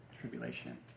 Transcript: tribulation